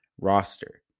roster